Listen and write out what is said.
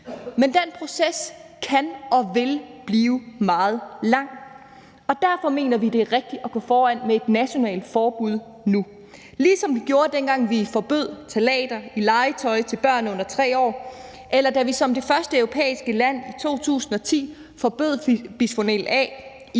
Men den proces kan og vil blive meget lang. Og derfor mener vi, det er rigtigt at gå foran med et nationalt forbud nu, ligesom vi gjorde, dengang vi forbød ftalater i legetøj til børn under 3 år, eller da vi som det første europæiske land i 2010 forbød bisfenol A i